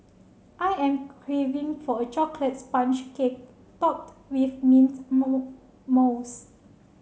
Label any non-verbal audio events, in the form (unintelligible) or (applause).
I am craving for a chocolate sponge cake topped with mint (unintelligible) mousse